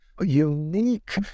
unique